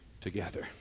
together